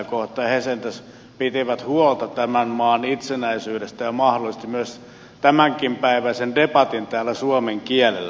he sentään pitivät huolta tämän maan itsenäisyydestä ja mahdollisesti sen ansiosta pidämme myös tämänpäiväisen debatin täällä suomen kielellä